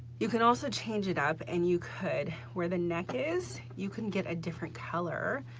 you can also change it up and you could, where the neck is, you couldn't get a different color.